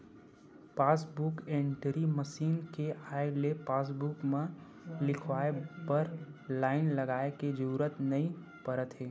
passbook entry machine के आए ले पासबूक म लिखवाए बर लाईन लगाए के जरूरत नइ परत हे